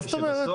מה זאת אומרת?